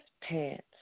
pants